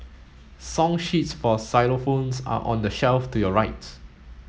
song sheets for xylophones are on the shelf to your right